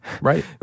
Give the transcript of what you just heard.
Right